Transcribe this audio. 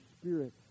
Spirit